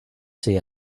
see